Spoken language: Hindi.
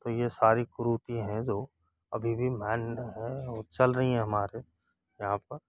तो ये सारी कुरीति हैं जो अभी भी मैन है वो चल रही हैं हमारे यहाँ पर